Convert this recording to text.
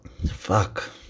Fuck